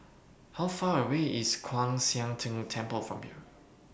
How Far away IS Kwan Siang Tng Temple from here